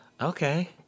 Okay